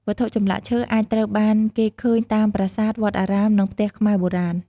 វត្ថុចម្លាក់ឈើអាចត្រូវបានគេឃើញ តាមប្រាសាទ វត្តអារាម និងផ្ទះខ្មែរបុរាណ។